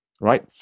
right